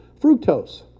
fructose